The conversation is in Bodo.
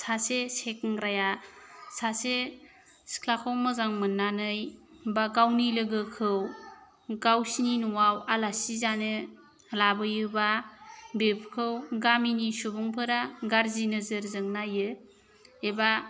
सासे सेंग्राया सासे सिख्लाखौ मोजां मोननानै एबा गावनि लोगोखौ गावसोरनि न'आव आलासि जानो लाबोयोबा बेफोरखौ गामिनि सुबुंफोरा गाज्रि नोजोरजों नायो एबा